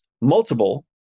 multiple